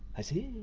i see,